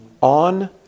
on